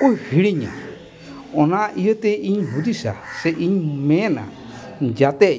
ᱠᱚ ᱦᱤᱲᱤᱧᱟ ᱚᱱᱟ ᱤᱭᱟᱹᱛᱮ ᱤᱧ ᱦᱩᱫᱤᱥᱟ ᱥᱮ ᱤᱧ ᱢᱮᱱᱟ ᱡᱟᱛᱮ